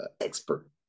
expert